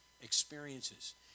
experiences